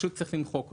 צריך למחוק אותה.